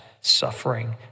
suffering